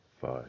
five